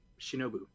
Shinobu